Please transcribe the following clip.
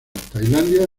tailandia